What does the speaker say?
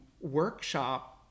workshop